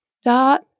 Start